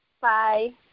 Bye